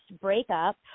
breakup